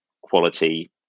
quality